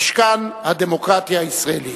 משכן הדמוקרטיה הישראלית.